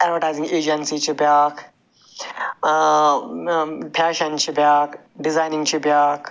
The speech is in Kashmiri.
اٮ۪ڈوَٹایزِنٛگ ایٚجنسی چھِ بیٛاکھ فٮ۪شن چھِ بیٛاکھ ڈِزاینِگ چھِ بیٛاکھ